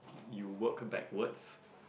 you work backwards